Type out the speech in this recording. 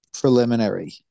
preliminary